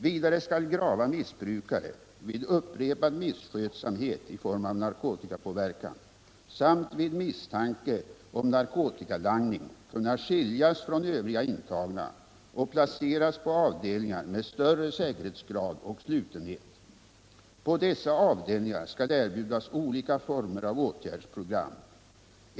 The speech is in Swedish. Vidare skall grava missbrukare vid upprepad misskötsamhet i form av narkotikapåverkan samt vid misstanke om narkotikalangning kunna skiljas från övriga intagna och placeras på avdelningar med större säkerhetsgrad och slutenhet. På dessa avdelningar skall erbjudas olika former av åtgärdsprogram.